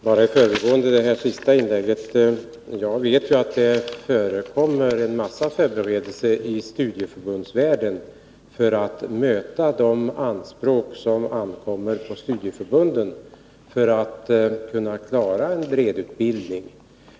Herr talman! Beträffande det senaste inlägget vill jag säga att jag vet att det förekommer en massa förberedelser i studieförbundsvärlden för att möta de anspråk som läggs på studieförbunden för att klara en bred utbildning.